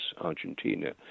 Argentina